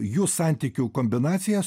jų santykių kombinacijas